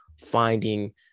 finding